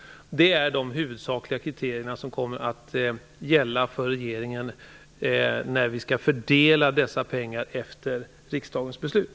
Det är de huvudsakliga kriterierna som kommer att gälla för regeringen när vi skall fördela dessa pengar efter riksdagens beslut.